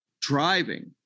driving